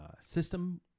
system